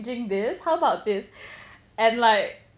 this how about this and like